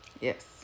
Yes